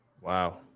Wow